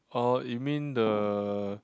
or you mean the